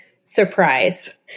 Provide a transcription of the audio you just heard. surprise